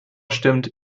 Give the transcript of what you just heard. stimmt